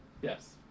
Yes